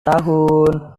tahun